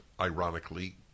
ironically